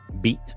beat